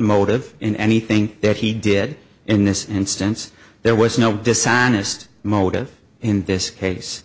motive in anything that he did in this instance there was no dishonest motive in this case